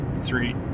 three